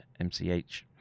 MCH